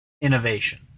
innovation